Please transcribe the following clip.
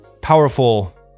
powerful